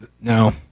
No